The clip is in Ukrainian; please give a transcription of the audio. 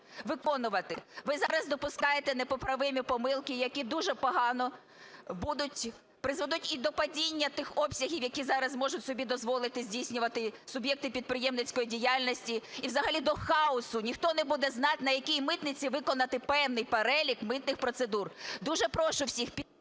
Ви зараз допускаєте непоправимі помилки, які дуже погано будуть... призведуть і до падіння тих обсягів, які зараз можуть собі дозволити здійснювати суб'єкти підприємницької діяльності, і взагалі до хаосу, ніхто не буде знати, на якій митниці виконати певний перелік митних процедур. Дуже прошу всіх…